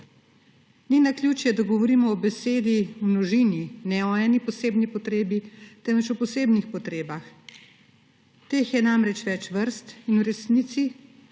Ni naključje, da govorimo o besedi v množini, ne o eni posebni potrebi, temveč o posebnih potrebah. Teh je namreč več vrst in v resnici